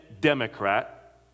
Democrat